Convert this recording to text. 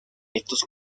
estos